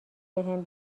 بهم